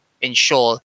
ensure